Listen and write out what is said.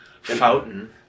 fountain